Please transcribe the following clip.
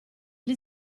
gli